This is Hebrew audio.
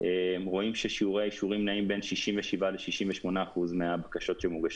רואים ששיעורי האישורים נעים בין 67%-68% מהבקשות שמוגשות.